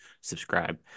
subscribe